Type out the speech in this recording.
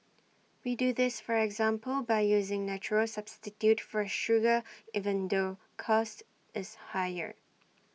we do this for example by using natural substitute for sugar even though cost is higher